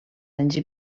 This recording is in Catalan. anys